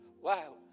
Wow